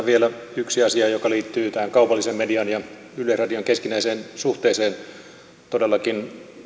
vielä yksi asia joka liittyy tähän kaupallisen median ja yleisradion keskinäiseen suhteeseen todellakin